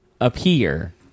appear